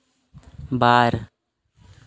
ᱵᱟᱨ